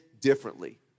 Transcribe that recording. differently